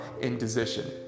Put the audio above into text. indecision